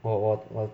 我我我